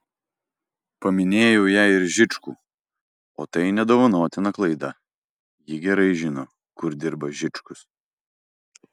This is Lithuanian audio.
paminėjau jai ir žičkų o tai nedovanotina klaida ji gerai žino kur dirba žičkus